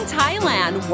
Thailand